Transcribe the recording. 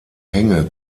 hänge